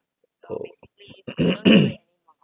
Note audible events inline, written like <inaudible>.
oh <coughs>